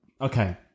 Okay